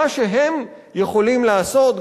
מה שהם יכולים לעשות,